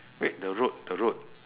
wait the road the road